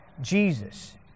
Jesus